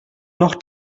noch